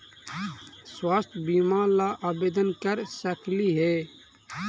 स्वास्थ्य बीमा ला आवेदन कर सकली हे?